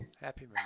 Happy